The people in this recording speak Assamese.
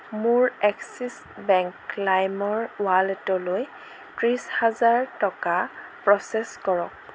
মোৰ এক্সিছ বেংক লাইমৰ ৱালেটলৈ ত্ৰিছ হাজাৰ টকা প্ৰচেছ কৰক